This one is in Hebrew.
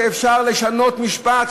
שאפשר לשנות משפט.